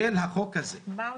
החוק הזה -- מה עושים.